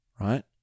right